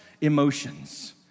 emotions